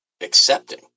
accepting